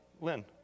Lynn